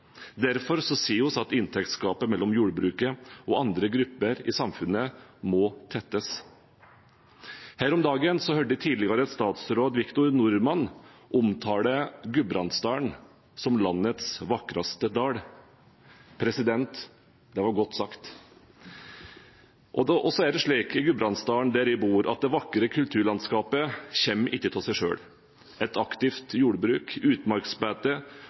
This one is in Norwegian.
Derfor sier vi at inntektsgapet mellom jordbruket og andre grupper i samfunnet må tettes. Her om dagen hørte jeg tidligere statsråd Victor Norman omtale Gudbrandsdalen som landets vakreste dal. Det var godt sagt. Og så er det slik i Gudbrandsdalen, der jeg bor, at det vakre kulturlandskapet kommer ikke av seg selv. Et aktivt jordbruk,